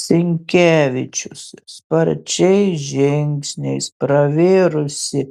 sinkevičius sparčiais žingsniais pravėrusi